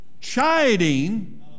chiding